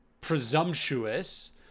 presumptuous